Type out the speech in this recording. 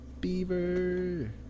Beaver